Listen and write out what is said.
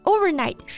Overnight